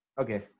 okay